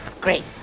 Great